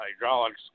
Hydraulics